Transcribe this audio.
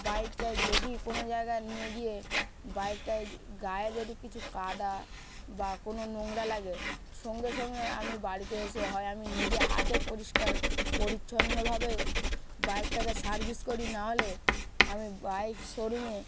বাইকটায় যদি কোনো জায়গায় নিয়ে গিয়ে বাইকটাযর গায়ে যদি কিছু কাদা বা কোনো নোংরা লাগে সঙ্গে সঙ্গে আমি বাড়িতে এসে হয় আমি নিজে হাতে পরিষ্কার পরিচ্ছন্নভাবে বাইকটাকে সার্ভিস করি নাহলে আমি বাইক শোরুমে